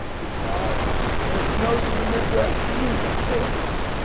wisconsin when it snows in the midwest, you finish.